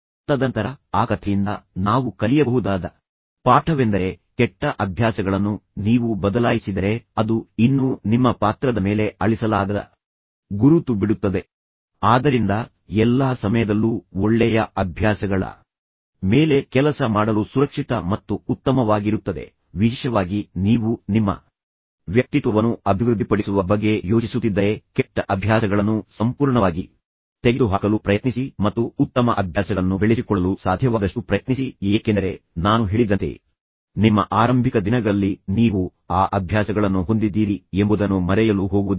ತದನಂತರ ಆ ಕಥೆಯಿಂದ ನಾವು ಕಲಿಯಬಹುದಾದ ಪಾಠವೆಂದರೆ ಕೆಟ್ಟ ಅಭ್ಯಾಸಗಳನ್ನು ನೀವು ಬದಲಾಯಿಸಿದರೆ ಅದು ಇನ್ನೂ ನಿಮ್ಮ ಪಾತ್ರದ ಮೇಲೆ ಅಳಿಸಲಾಗದ ಗುರುತು ಬಿಡುತ್ತದೆ ಆದರಿಂದ ಎಲ್ಲಾ ಸಮಯದಲ್ಲೂ ಒಳ್ಳೆಯ ಅಭ್ಯಾಸಗಳ ಮೇಲೆ ಕೆಲಸ ಮಾಡಲು ಸುರಕ್ಷಿತ ಮತ್ತು ಉತ್ತಮವಾಗಿರುತ್ತದೆ ವಿಶೇಷವಾಗಿ ನೀವು ನಿಮ್ಮ ವ್ಯಕ್ತಿತ್ವವನ್ನು ಅಭಿವೃದ್ಧಿಪಡಿಸುವ ಬಗ್ಗೆ ಯೋಚಿಸುತ್ತಿದ್ದರೆ ಕೆಟ್ಟ ಅಭ್ಯಾಸಗಳನ್ನು ಸಂಪೂರ್ಣವಾಗಿ ತೆಗೆದುಹಾಕಲು ಪ್ರಯತ್ನಿಸಿ ಮತ್ತು ಉತ್ತಮ ಅಭ್ಯಾಸಗಳನ್ನು ಬೆಳೆಸಿಕೊಳ್ಳಲು ಸಾಧ್ಯವಾದಷ್ಟು ಪ್ರಯತ್ನಿಸಿ ಏಕೆಂದರೆ ನಾನು ಹೇಳಿದಂತೆ ನಂತರದ ಹಂತದಲ್ಲೂ ನೀವು ಕೆಟ್ಟ ಅಭ್ಯಾಸಗಳನ್ನು ಬಿಟ್ಟುಕೊಡುತ್ತೀರಿ ಎಂದು ಭಾವಿಸಿದರೆ ಕೆಲವು ಕೆಟ್ಟ ಅಭ್ಯಾಸಗಳನ್ನು ಬಿಡುವುದು ಕೆಲವೊಮ್ಮೆ ತುಂಬಾ ತಡವಾಗುತ್ತವೆ ಮತ್ತು ಕೆಲವೊಮ್ಮೆ ನೀವು ಅದನ್ನು ಬದಲಾಯಿಸಿದರೂ ಸಹ ನಿಮ್ಮ ಆರಂಭಿಕ ದಿನಗಳಲ್ಲಿ ನೀವು ಆ ಅಭ್ಯಾಸಗಳನ್ನು ಹೊಂದಿದ್ದೀರಿ ಎಂಬುದನ್ನು ಮರೆಯಲು ಹೋಗುವುದಿಲ್ಲ